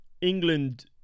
England